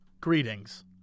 greetings